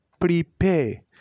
prepare